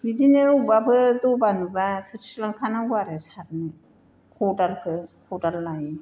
बिदिनो बबेबाफोर दबा नुबा थोरसि लांखानांगौ आरो सारनो खदालफोर खदाल लायो